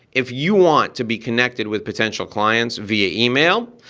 if you want to be connected with potential clients via email,